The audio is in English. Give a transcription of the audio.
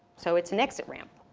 so it's an exit ramp.